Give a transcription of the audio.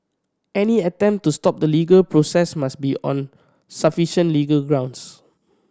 any attempt to stop the legal process must be on sufficient legal grounds